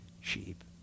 sheep